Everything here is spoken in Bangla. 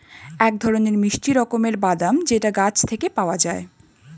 এক ধরনের মিষ্টি রকমের বাদাম যেটা গাছ থেকে পাওয়া যায়